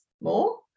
more